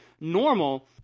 normal